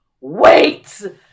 wait